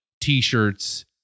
t-shirts